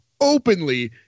openly